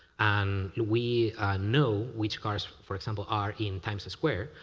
and we know which cars, for example, are in times square,